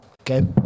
Okay